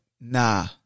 nah